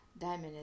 Diamond